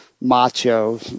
macho